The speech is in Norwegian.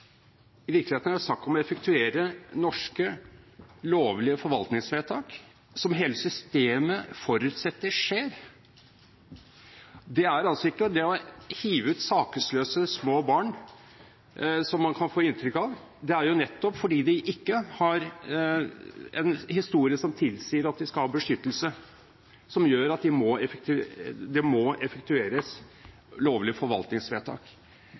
I virkeligheten er det snakk om å effektuere norske, lovlige forvaltningsvedtak, som hele systemet forutsetter at skjer. Det er ikke å hive ut saksløse små barn, som man kan få inntrykk av. Det er jo nettopp fordi de ikke har en historie som tilsier at de skal ha beskyttelse, som gjør at lovlige forvaltningsvedtak må effektueres. Så jeg vil si at det